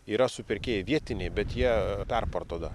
yra supirkėjai vietiniai bet jie perparduoda